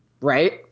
Right